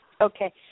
Okay